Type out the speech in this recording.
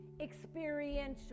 Experiential